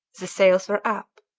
the sails were up.